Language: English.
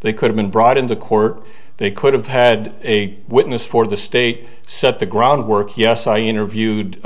they could have been brought into court they could have had a witness for the state set the groundwork yes i interviewed